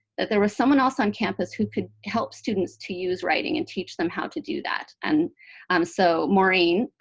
that there was someone else on campus who could help students to use writing and teach them how to do that. and um so maureen,